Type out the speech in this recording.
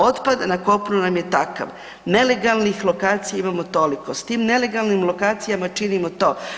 Otpad na kopnu nam je takav, nelegalnih lokacija imamo toliko, s tim nelegalnim lokacijama činimo to.